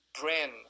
brand